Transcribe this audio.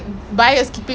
mmhmm